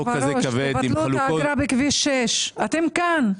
תבטלו את האגרה בכביש 6. אתם כאן.